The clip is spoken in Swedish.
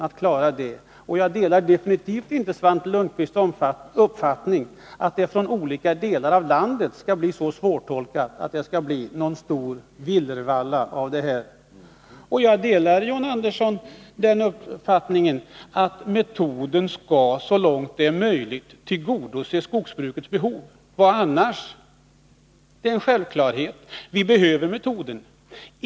Däremot ansluter jag mig 14 april 1982 definitivt inte till Svante Lundkvists uppfattning, att det för olika delar av landet skall bli så svårtolkat att det uppstår en stor villervalla. Jag delar, John Andersson, den uppfattningen att metoden så långt det är möjligt skall tillgodose skogsbrukets behov. Vad annars? Det är en självklarhet. Vi behöver metoden.